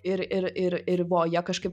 ir ir ir ir vo jie kažkaip